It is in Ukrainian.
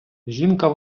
жінка